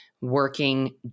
working